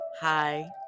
hi